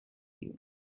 you